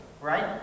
right